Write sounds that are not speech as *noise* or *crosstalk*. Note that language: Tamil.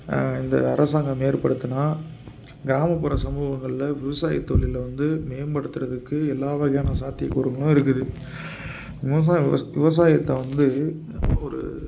இந்த அரசாங்கம் ஏற்படுத்துனால் கிராமப்புற சமூகங்கள்ல விவசாய தொழில வந்து மேம்படுத்துகிறதுக்கு எல்லா வகையான சாத்திய கூறுங்களும் இருக்குது விவசாய *unintelligible* விவசாயத்தை வந்து ஒரு